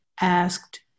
asked